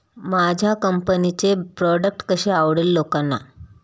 माझ्या कंपनीचे प्रॉडक्ट कसे आवडेल लोकांना?